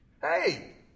Hey